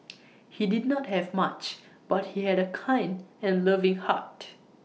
he did not have much but he had A kind and loving heart